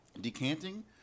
decanting